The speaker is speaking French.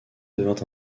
devint